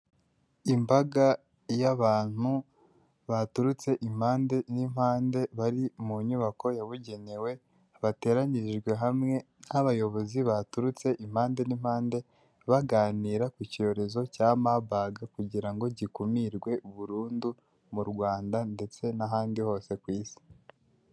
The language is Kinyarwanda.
Imbaga y'abantu baturutse impande n'impande bari mu nyubako yabugenewe , bateranyirijwe hamwe n'abayobozi baturutse impande n'impande , baganira ku cyorezo cya maberg kugira ngo gikumirwe burundu mu rwanda ndetse n'ahandi hose ku isi.